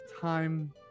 time